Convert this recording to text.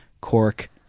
Cork